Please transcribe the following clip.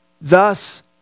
Thus